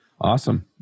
Awesome